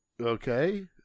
okay